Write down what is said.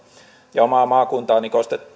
omaa maakuntaani